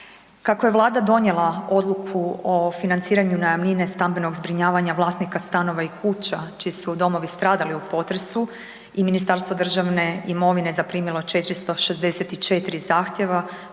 Kako je Vlada donijela Odluku o financiranju najamnine stambenog zbrinjavanja vlasnika stanova i kuća čiji su domovi stradali u potresu i Ministarstvo državne imovine zaprimilo 464 zahtjeva,